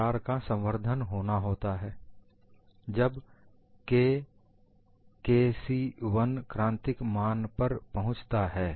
दरार का संवर्धन होना होता है जब K K1C क्रांतिक मान पर पहुंचता है